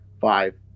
five